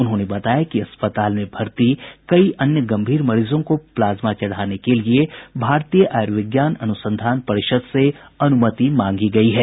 उन्होंने बताया कि अस्पताल में भर्ती कई अन्य गंभीर मरीजों को प्लाज्मा चढ़ाने के लिये भारतीय आयुर्विज्ञान अनुसंधान परिषद् से अनुमति मांगी गयी है